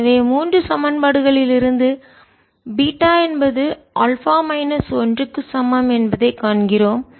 எனவே மூன்று சமன்பாடுகளிலிருந்து பீட்டா என்பது ஆல்பா மைனஸ் ஒன்றுக்கு சமம் என்பதைக் காண்கிறோம்